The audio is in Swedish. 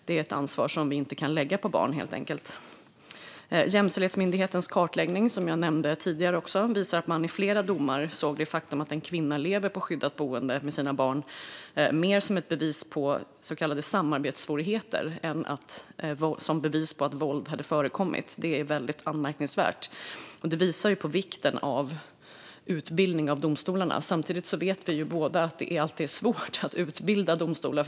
Det är ett ansvar som vi inte kan lägga på barn, helt enkelt. Jämställdhetsmyndighetens kartläggning, som jag nämnde tidigare, visar att man i flera domar såg det faktum att en kvinna lever i skyddat boende med sina barn mer som bevis på så kallade samarbetssvårigheter än som bevis på att våld hade förekommit. Det är väldigt anmärkningsvärt, och det visar på vikten av utbildning för domstolarna. Samtidigt vet vi båda att det är svårt att utbilda domstolar.